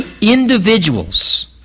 individuals